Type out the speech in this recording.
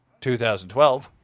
2012